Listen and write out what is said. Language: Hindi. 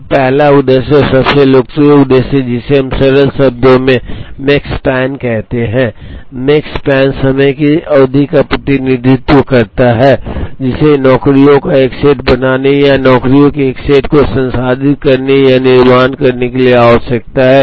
अब पहला उद्देश्य और सबसे लोकप्रिय उद्देश्य जिसे हम सरल शब्दों में Makespan कहते हैं Makespan समय की अवधि का प्रतिनिधित्व करता है जिसे नौकरियों का एक सेट बनाने या नौकरियों के एक सेट को संसाधित करने या निर्माण करने के लिए आवश्यक है